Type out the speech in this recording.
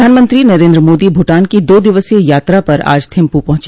प्रधानमंत्री नरेन्द्र मोदी भूटान की दो दिवसीय यात्रा पर आज थिम्पू पहुंच